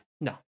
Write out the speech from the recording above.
no